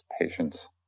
patience